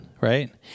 right